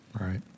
Right